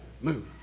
move